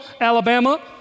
Alabama